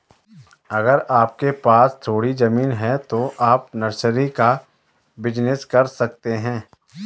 अगर आपके पास थोड़ी ज़मीन है तो आप नर्सरी का बिज़नेस कर सकते है